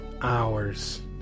hours